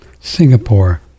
Singapore